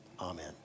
Amen